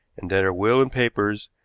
and that her will and papers,